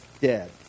dead